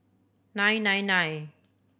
nine nine nine